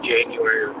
January